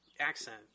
accent